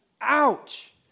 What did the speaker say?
Ouch